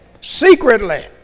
secretly